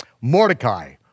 Mordecai